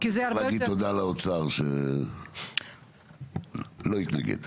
צריך להגיד תודה לאוצר שלא התנגד.